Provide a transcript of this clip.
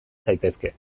zaitezke